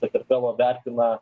sakartvelo vertina